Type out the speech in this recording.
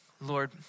Lord